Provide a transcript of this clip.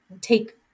take